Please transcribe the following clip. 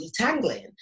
detangling